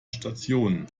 stationen